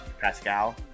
Pascal